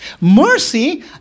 Mercy